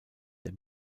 der